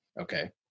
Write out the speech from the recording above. Okay